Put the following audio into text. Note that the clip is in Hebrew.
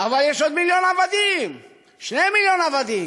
אבל יש עוד מיליון עבדים, 2 מיליון עבדים.